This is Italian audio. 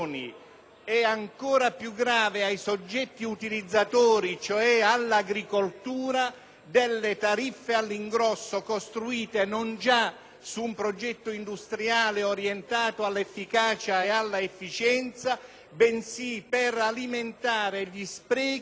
delle tariffe all'ingrosso costruite non già su un progetto industriale orientato all'efficacia e all'efficienza, bensì per alimentare gli sprechi e le disfunzioni che si sono determinate sin qui. Per questo motivo,